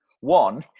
One